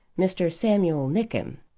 mr. samuel nickem.